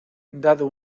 dado